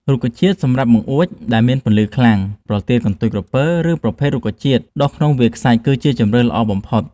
រុក្ខជាតិសម្រាប់បង្អួចដែលមានពន្លឺខ្លាំង ប្រទាលកន្ទុយក្រពើ ឬ ប្រភេទរុក្ខជាតិដុះក្នុងវាលខ្សាច់គឺជាជម្រើសដ៏ល្អបំផុត។